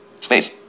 space